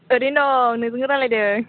ओरैनो दं नोंजों रायलायदों